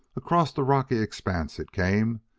across the rocky expanse it came,